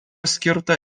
skirta